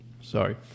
Sorry